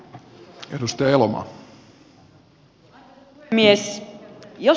arvoisa puhemies